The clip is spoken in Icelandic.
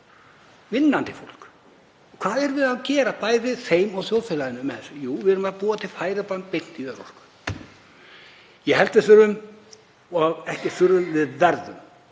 vinnandi fólk. Hvað erum við að gera bæði þeim og þjóðfélaginu með þessu? Jú, við erum að búa til færiband beint í örorku. Ég held að við þurfum, eða öllu heldur verðum